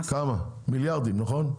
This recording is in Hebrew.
מיליארדים, נכון?